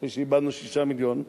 אחרי שאיבדנו שישה מיליון,